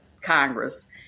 Congress